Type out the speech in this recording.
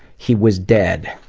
he was dead.